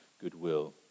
goodwill